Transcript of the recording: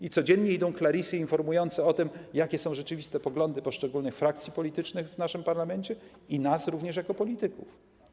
I codziennie idą clarisy informujące o tym, jakie są rzeczywiste poglądy poszczególnych frakcji politycznych w naszym parlamencie i nasze jako polityków.